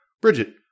Bridget